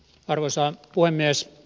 arvoisa puhemies